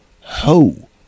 ho